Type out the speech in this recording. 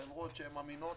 חברות אמינות.